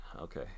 Okay